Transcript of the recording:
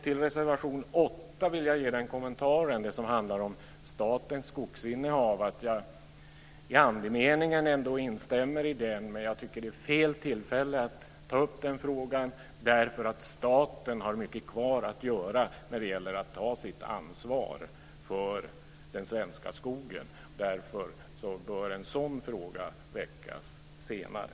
Till reservation 8, som handlar om statens skogsinnehav, vill jag ge kommentaren att jag i andemeningen instämmer i den. Men jag tycker att det är fel tillfälle att nu ta upp den frågan eftersom staten har mycket kvar att göra när det gäller att ta ansvaret för den svenska skogen. Därför bör en sådan fråga väckas senare.